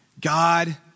God